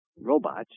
robots